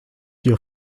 hier